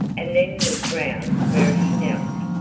and then looked round where he knelt.